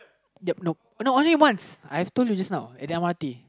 ya nope no only once I have told you just now at the M_R_T